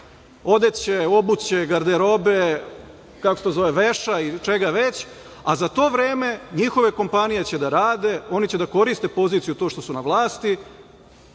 odeće, obuće, garderobe, kako se to zove, veša i čega već, a za to vreme njihove kompanije će da rade, oni će da koriste poziciju, to što su na vlasti